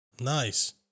Nice